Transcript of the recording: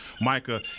Micah